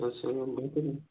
तसं